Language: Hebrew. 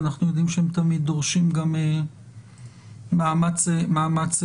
ואנחנו יודעים שהם תמיד דורשים גם מאמץ פנימי.